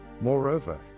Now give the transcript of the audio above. Moreover